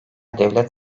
devlet